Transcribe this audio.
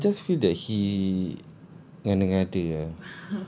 I don't know I just feel that he ngada-ngada ah